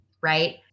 right